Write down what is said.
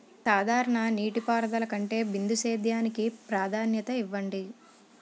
సాధారణ నీటిపారుదల కంటే బిందు సేద్యానికి ప్రాధాన్యత ఇవ్వండి